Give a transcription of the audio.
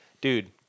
Dude